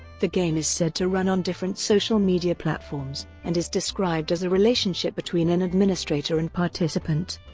the game is said to run on different social media platforms and is described as a relationship between an administrator and participant.